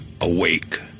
awake